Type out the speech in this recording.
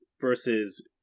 versus